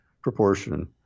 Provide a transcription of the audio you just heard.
proportion